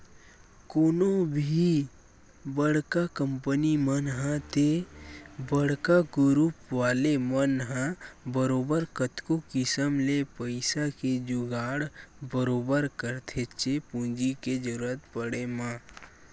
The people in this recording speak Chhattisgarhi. कोनो भी बड़का कंपनी मन ह ते बड़का गुरूप वाले मन ह बरोबर कतको किसम ले पइसा के जुगाड़ बरोबर करथेच्चे पूंजी के जरुरत पड़े म